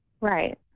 Right